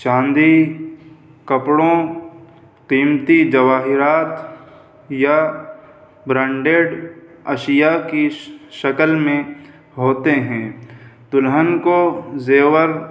چاندی کپڑوں قیمتی جواہرات یا برانڈیڈ اشیاء کی شکل میں ہوتے ہیں دلہن کو زیور